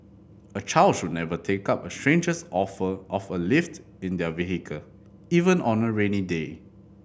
a child should never take up a stranger's offer of a lift in their vehicle even on a rainy day